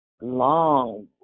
long